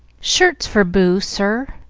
shirts for boo, sir.